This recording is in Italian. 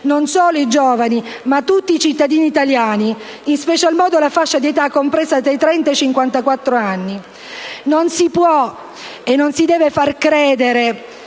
non solo i giovani, ma tutti i cittadini italiani, in special modo la fascia d'età compresa fra i 30 e i 54 anni. Non si può e non si deve far credere